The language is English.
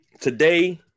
today